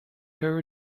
her